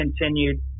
continued